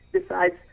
decides